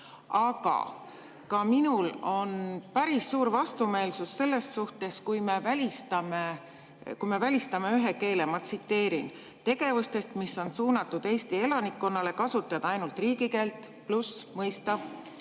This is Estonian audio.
Aga ka minul on päris suur vastumeelsus selles suhtes, kui me välistame ühe keele. Ma tsiteerin: lubatakse tegevustes, mis on suunatud Eesti elanikkonnale, kasutada ainult riigikeelt. Ja lisada